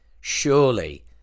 surely